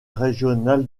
régional